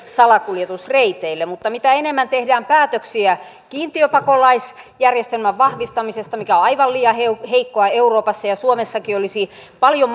salakuljetusreiteille mutta mitä enemmän tehdään päätöksiä kiintiöpakolaisjärjestelmän vahvistamisesta mikä on aivan liian heikkoa euroopassa ja suomessakin olisi paljon